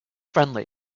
friendly